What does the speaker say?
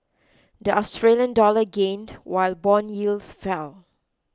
the Australian dollar gained while bond yields fell